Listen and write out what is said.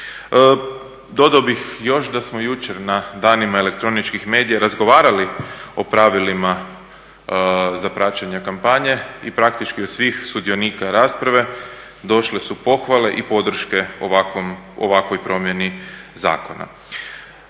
Dodao bih još da smo jučer na danima elektroničkih medija razgovarali o pravilima za praćenje kampanje i praktički od svih sudionika rasprave došle su pohvale i podrške o ovakvoj promjeni zakona.